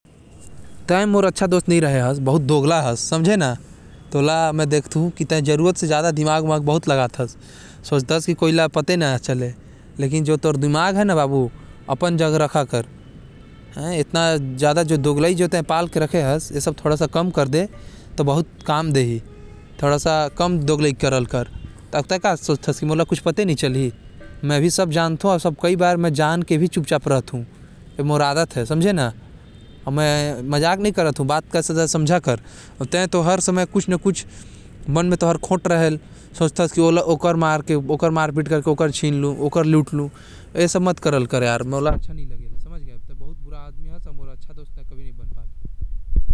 तै मोर अच्छा दोस्त नही रहे हस। तै दोगला हस, तोर मन म हमेशा खोट रहथे। तै हमेशा अपने बुद्धि लगाथस, की कैसे मोर फायदा हो जाये सामने वाला ला लूट के। तोके बहुत बार नजरअंदाज करे हों मैं, तै सुधर जा ओ अपन दोगलपंती छोड़ दे।